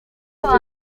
maze